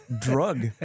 drug